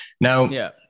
Now